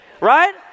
right